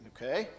Okay